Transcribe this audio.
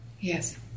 yes